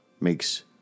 makes